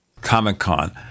Comic-Con